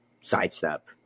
sidestep